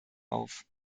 auf